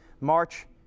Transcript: March